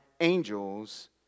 angels